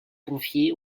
confiée